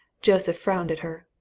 joseph frowned at her.